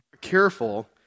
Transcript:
careful